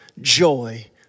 joy